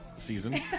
Season